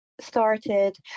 started